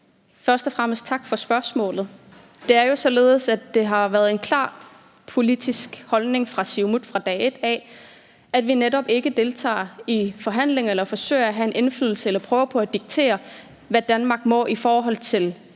Først og fremmest tak for spørgsmålet. Det er jo således, at det har været en klar politisk holdning hos Siumut fra dag et, at vi netop ikke deltager i forhandlinger eller forsøger at have en indflydelse eller prøver at diktere, hvad Danmark må i forhold til